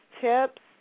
tips